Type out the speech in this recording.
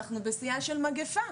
אנחנו בשיאה של מגפה.